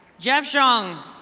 jeff jeff jung.